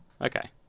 Okay